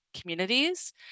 communities